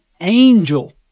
angel